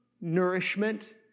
nourishment